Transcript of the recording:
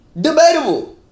Debatable